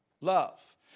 love